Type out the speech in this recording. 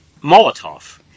Molotov